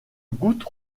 goutte